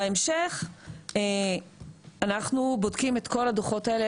בהמשך אנחנו בודקים את כל הדו"חות האלה.